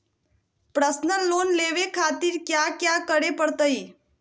Personal loan लेवे खातिर कया क्या करे पड़तइ?